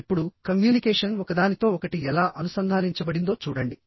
ఇప్పుడు కమ్యూనికేషన్ ఒకదానితో ఒకటి ఎలా అనుసంధానించబడిందో చూడండి